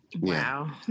Wow